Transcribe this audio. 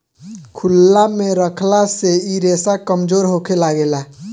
खुलला मे रखला से इ रेसा कमजोर होखे लागेला